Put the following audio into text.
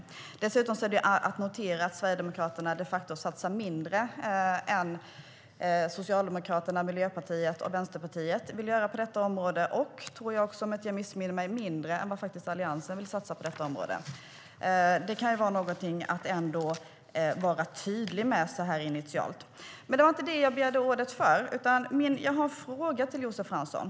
Men det var inte det som jag begärde ordet för att säga, utan jag har en fråga till Josef Fransson.